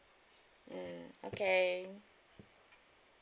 mm okay